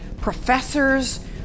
professors